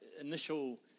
initial